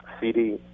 CD